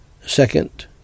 Second